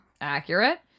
Accurate